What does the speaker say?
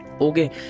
Okay